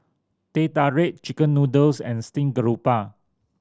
Teh Tarik chicken noodles and steamed garoupa